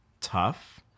tough